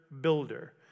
builder